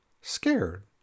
scared